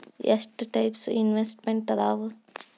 ಎಷ್ಟ types investments ಅದಾವ